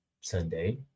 Sunday